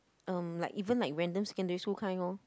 um like even like random secondary school kind lor